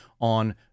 on